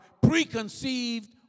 preconceived